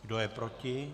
Kdo je proti?